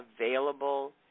available